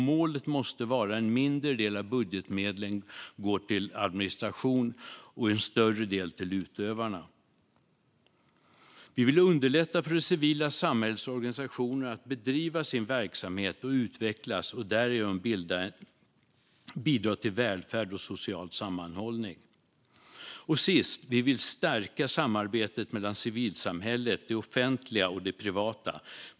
Målet måste vara att en mindre del av budgetmedlen går till administration och en större del till utövarna. Vi vill underlätta för det civila samhällets organisationer att bedriva sin verksamhet, att utvecklas och att därigenom bidra till välfärd och social sammanhållning. Vi vill slutligen stärka samarbetet mellan civilsamhället, det offentliga och det privata.